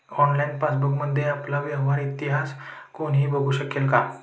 Online पासबुकमध्ये आपला व्यवहार इतिहास कोणी बघु शकेल का?